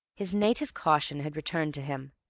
his native caution had returned to him.